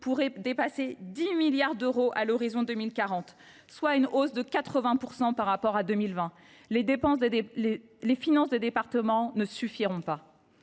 pourrait dépasser 10 milliards d’euros à l’horizon 2040, soit une hausse de 80 % par rapport à 2020. Les finances des départements n’y suffiront pas.